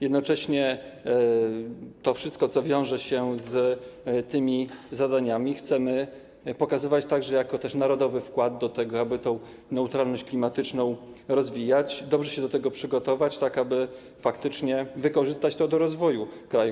Jednocześnie to wszystko, co wiąże się z tymi zadaniami, chcemy pokazywać także jako narodowy wkład do tego, aby tę neutralność klimatyczną rozwijać, dobrze się do tego przygotować, tak aby faktycznie wykorzystać to do rozwoju kraju.